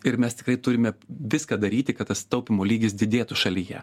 ir mes tikrai turime viską daryti kad tas taupymo lygis didėtų šalyje